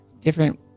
different